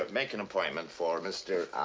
but make an appointment for mr.